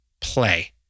play